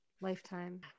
lifetime